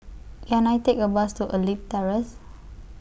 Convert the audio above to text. Can I Take A Bus to Elite Terrace